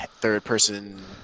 third-person